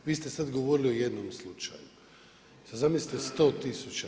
Vi ste sad govorili o jednom slučaju, sad zamislite 100 tisuća.